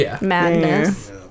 madness